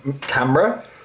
camera